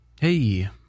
Hey